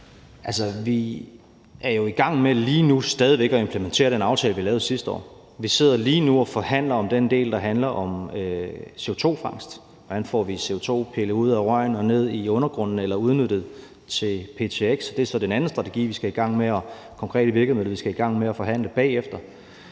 Vi er jo i gang med lige nu stadig væk at implementere den aftale, vi lavede sidste år. Vi sidder lige nu og forhandler om den del, der handler om CO2-fangst, nemlig hvordan vi får CO2 pillet ud af røgen og ned i undergrunden eller får den udnyttet til ptx. Det er så den anden strategi, de andre konkrete